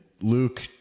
Luke